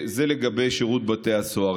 זה לגבי שירות בתי הסוהר.